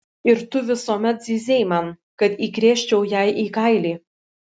ir tu visuomet zyzei man kad įkrėsčiau jai į kailį